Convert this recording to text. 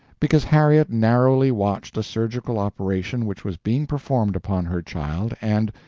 because harriet narrowly watched a surgical operation which was being performed upon her child, and,